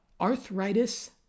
arthritis